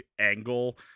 angle